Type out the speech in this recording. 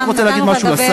נתנו לך לדבר.